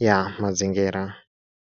ya mazingira.